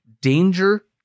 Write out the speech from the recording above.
danger